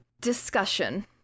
discussion